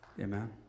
Amen